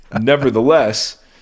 nevertheless